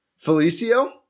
Felicio